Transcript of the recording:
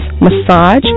massage